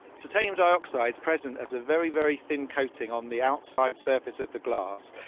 titanium dioxide is present as a very, very thin coating on the outside surface of the glass.